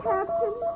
Captain